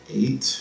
eight